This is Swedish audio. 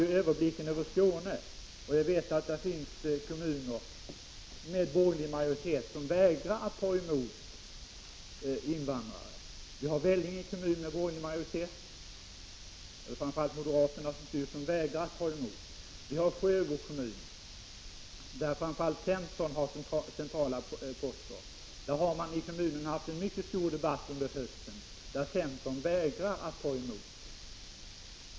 Jag har överblick över förhållanderna i Skåne, och jag vet att det där finns borgerligt styrda kommuner som vägrar att ta emot invandrare. Vellinge kommun, där det framför allt är moderaterna som styr, vägrar att ta emot asylsökande. I Sjöbo kommun, där framför allt centern har centrala poster, har det under hösten förts en mycket livlig debatt. Centern säger där nej till emottagande av asylsökande.